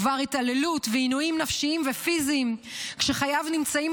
עבר התעללות ועינויים נפשיים ופיזיים כשחייו נמצאים